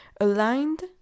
aligned